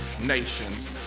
nations